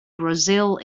brazil